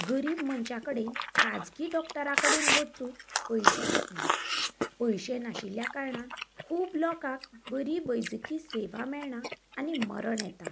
गरीब मनशां कडेन खाजगी डॉक्टरागेर वचूंक पयशें आसना पयशें नाशिल्ल्यां कारणान खूब लोकांक बरी वैजकी सेवा मेळना आनी मरण येता